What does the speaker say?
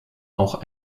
auch